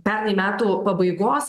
pernai metų pabaigos